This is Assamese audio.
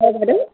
হয় বাইদেউ